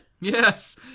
Yes